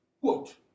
Quote